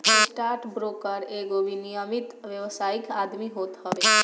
stock broker एगो विनियमित व्यावसायिक आदमी होत हवे